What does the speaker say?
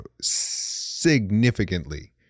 significantly